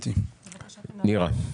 נירה שפק,